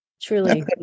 truly